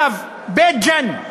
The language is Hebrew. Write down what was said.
בית-ג'ן,